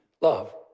love